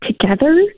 together